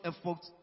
effort